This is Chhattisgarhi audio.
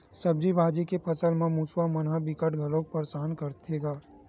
सब्जी भाजी के फसल म मूसवा मन ह बिकट घलोक परसान करथे गा